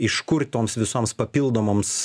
iš kur toms visoms papildomoms